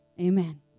Amen